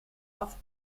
auf